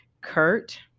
Kurt